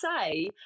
say